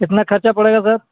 کتنا خرچہ پڑے گا سر